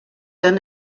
han